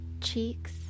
cheeks